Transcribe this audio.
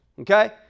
Okay